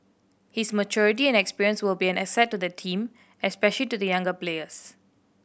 his maturity and experience will be an asset to the team especially to the younger players